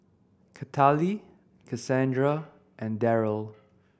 Cathaly Casandra and Darryle